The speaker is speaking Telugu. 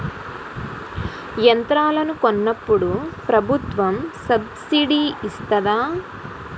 యంత్రాలను కొన్నప్పుడు ప్రభుత్వం సబ్ స్సిడీ ఇస్తాధా?